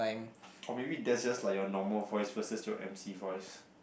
or maybe that's just like your normal voice versus your emcee voice